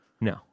No